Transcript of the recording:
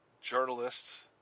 journalists